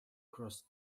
cross